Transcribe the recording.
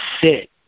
sit